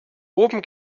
oben